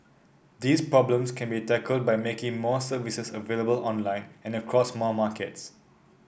these problems can be tackled by making more services available online and across more markets